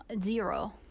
Zero